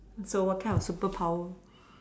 so what kind of superpower